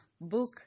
book